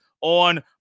on